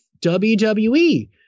WWE